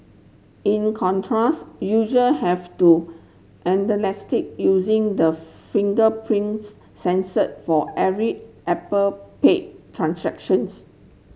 in contrast usual have to using the fingerprint sensor for every Apple Pay transactions